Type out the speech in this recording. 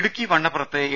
ഇടുക്കി വണ്ണപ്പുറത്ത് എ